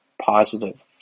positive